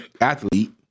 athlete